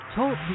Talk